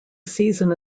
season